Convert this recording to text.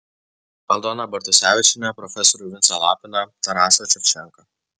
aldoną bartusevičienę profesorių vincą lapiną tarasą ševčenką